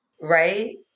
right